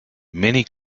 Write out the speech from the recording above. many